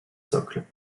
socles